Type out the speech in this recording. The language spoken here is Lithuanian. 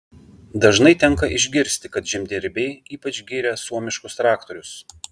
dažnai tenka išgirsti kad žemdirbiai ypač giria suomiškus traktorius